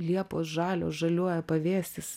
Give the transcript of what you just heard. liepos žalios žaliuoja pavėsis